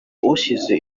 ushyize